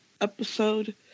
episode